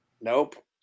Nope